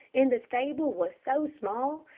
and the stable was so small,